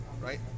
right